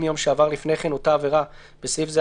מיום שעבר לפני כן את אותה עבירה (בסעיף זה,